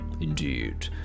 Indeed